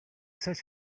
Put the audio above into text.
such